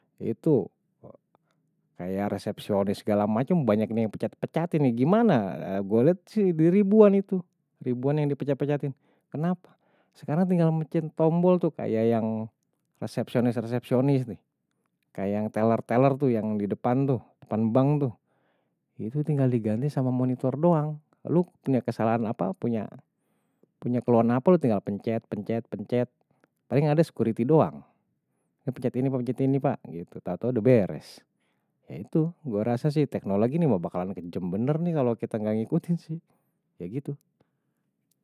Itu kayak resepcionis segala macem, banyak yang pencet pecatin. Gimana gue lihat di ribuan itu, ribuan yang dipecat pecatin. Kenapa sekarang tinggal mencet tombol tuh kayak yang resepcionis resepcionis nih. Kayak yang teller teller tuh yang di depan tuh, depan bank tuh. Itu tinggal diganti sama monitor doang. Lu punya kesalahan apa punya, punya keluhan apa lu tinggal pencet, pencet, pencet. Paling ada security doang. Ya pencet ini, pencet ini pak, gitu. Tau tau udah beres. Ya itu, gue rasa sih teknologi ini mau bakalan kejem bener nih kalau kita nggak ngikutin sih. Ya gitu.